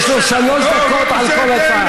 יש לו שלוש דקות על כל הצעה.